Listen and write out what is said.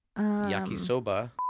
yakisoba